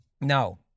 No